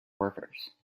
workers